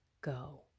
go